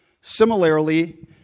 Similarly